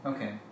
Okay